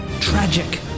tragic